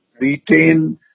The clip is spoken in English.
retain